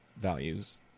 values